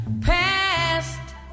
Past